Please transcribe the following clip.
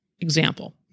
Example